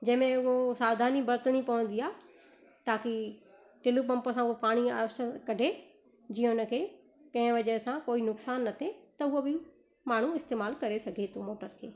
जंहिंमें उहो सावधानी बर्तणी पवंदी आहे ताकी टिलू पंप सां उहो पाणी आराम सां कॾहिं जीअं हुन खे कंहिं वज़ह सां कोई नुक़सानु न थिए त हुअ बि माण्हू इस्तेमाल करे सघे थो मोटर खे